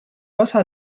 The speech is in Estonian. osa